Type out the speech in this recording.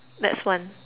that's one